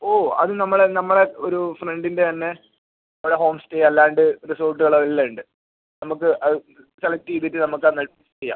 ഓ അത് നമ്മളെ നമ്മളെ ഒരു ഫ്രണ്ടിൻ്റെ തന്നെ അവിടെ ഹോം സ്റ്റേ അല്ലാണ്ട് റിസോർട്ടുകൾ എല്ലാം ഉണ്ട് നമുക്ക് അത് സെലക്ട് ചെയ്തിട്ട് നമുക്ക് അത് ചെയ്യാം